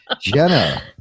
Jenna